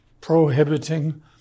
prohibiting